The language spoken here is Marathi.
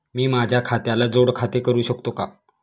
मी माझ्या खात्याला जोड खाते करू शकतो का?